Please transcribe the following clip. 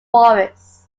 forest